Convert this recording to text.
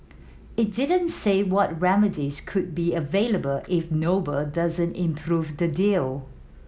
it didn't say what remedies could be available if Noble doesn't improve the deal